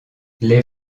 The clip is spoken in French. les